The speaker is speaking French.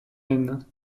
heine